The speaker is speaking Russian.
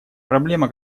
проблема